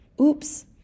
oops